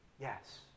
Yes